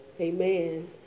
amen